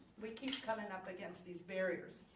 we keep coming up against these barriers.